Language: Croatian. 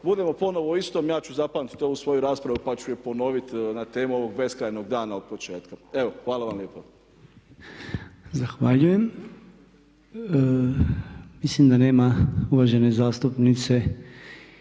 budemo ponovno o istom, ja ću zapamtiti ovu svoju raspravu pa ću je ponoviti na temu ovog beskrajnog dana od početka. Evo, hvala vam lijepo. **Podolnjak, Robert (MOST)** Zahvaljujem. Mislim da nema uvažene zastupnice